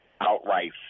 outright